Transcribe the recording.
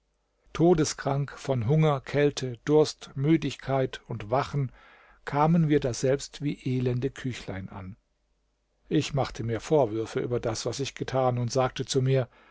todeskrank von hunger kälte durst müdigkeit und wachen kamen wir daselbst wie elende küchlein an ich machte mir vorwürfe über das was ich getan und sagte zu mir